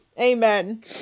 Amen